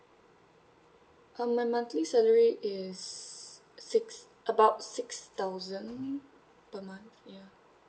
um my monthly salary is six about six thousand per month ya